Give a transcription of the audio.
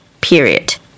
period